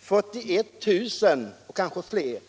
satt i gång att bygga 41 000 platser —- och kanske fler.